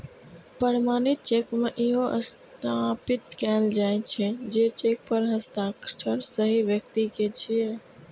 प्रमाणित चेक मे इहो सत्यापित कैल जाइ छै, जे चेक पर हस्ताक्षर सही व्यक्ति के छियै